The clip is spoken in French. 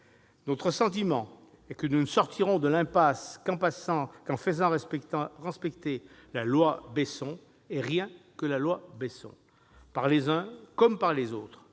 Notre sentiment est que nous ne sortirons de l'impasse qu'en faisant respecter la loi Besson et rien que la loi Besson, par les uns comme par les autres